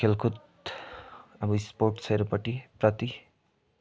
खेलकुद अब स्पोर्ट्सहरूपट्टि प्रति